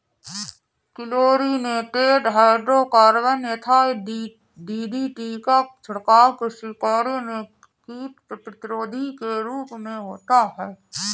chlorinated hydrocarbon यथा DDT का छिड़काव कृषि कार्य में कीट प्रतिरोधी के रूप में होता है